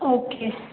okay